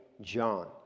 John